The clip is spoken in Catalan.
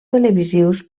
televisius